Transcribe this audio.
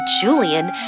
Julian